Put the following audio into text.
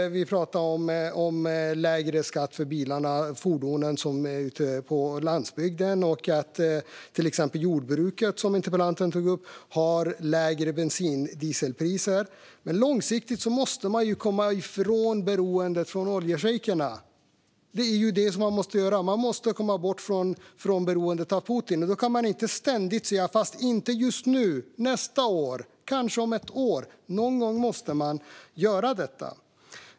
Vi pratar om lägre skatt på fordon på landsbygden och att till exempel jordbruket, som interpellanten tog upp, har lägre bensin och dieselpriser. Men långsiktigt måste man komma ifrån beroendet av oljeschejkerna. Det är det man måste göra. Och man måste komma bort ifrån beroendet av Putin. Då kan man inte ständigt säga: Fast inte just nu, utan nästa år. Kanske om ett år! Någon gång måste man göra detta.